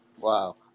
Wow